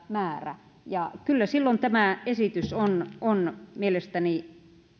määrä ja kyllä silloin tämä esitys on on mielestäni